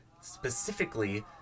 specifically